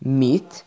meat